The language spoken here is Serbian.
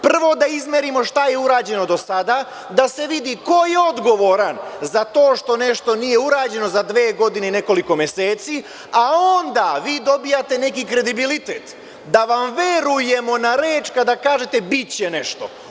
Prvo da izmerimo šta je urađeno do sada, da se vidi ko je odgovoran za to što nešto nije urađeno za dve godine i nekoliko meseci, a onda vi dobijate neki kredibilitet da vam verujemo na reč kada kažete – biće nešto.